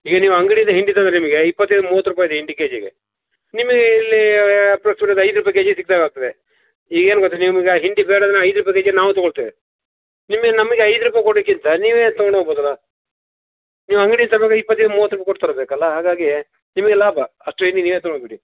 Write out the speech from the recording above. ಈಗ ನೀವು ಅಂಗಡಿಯಿಂದ ಹಿಂಡಿ ತಂದರೆ ನಿಮಗೆ ಇಪ್ಪತೈದು ಮೂವತ್ತು ರೂಪಾಯಿ ಇದೆ ಹಿಂಡಿ ಕೆ ಜಿಗೆ ನಿಮಗೆ ಇಲ್ಲಿ ಅಪ್ರಾಕ್ಸಿಮೇಟ್ ಐದು ರೂಪಾಯಿ ಕೆ ಜಿಗೆ ಸಿಕ್ದಂಗೆ ಆಗ್ತದೆ ಈಗೇನು ಗೊತ್ತ ನಿಮ್ಗೆ ಆ ಹಿಂಡಿ ಬೇಡಂದರೆ ನಾ ಐದು ರೂಪಾಯಿ ಕೆ ಜಿಲಿ ನಾವು ತಗೊಳ್ತೇವೆ ನಿಮಿಗೆ ನಮಗೆ ಐದು ರೂಪಾಯಿ ಕೊಡೋಕ್ಕಿಂತ ನೀವೆ ತಗೊಂಡು ಹೋಗ್ಬೋದಲ್ಲ ನೀವು ಅಂಗ್ಡಿಲಿ ತಗೊಂಡ್ರೆ ಇಪ್ಪತೈದು ಮೂವತ್ತು ರೂಪಾಯಿ ಕೊಟ್ಟು ತರಬೇಕಲ್ಲ ಹಾಗಾಗಿ ನಿಮಗೆ ಲಾಭ ಅಷ್ಟು ಹಿಂಡಿ ನೀವೆ ತಗೊಂಡು ಬಿಡಿ